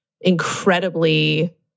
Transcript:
incredibly